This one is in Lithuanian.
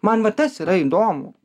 man va tas yra įdomu